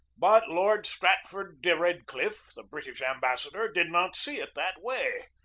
but lord strat ford de redcliffe, the british ambassador, did not see it that way.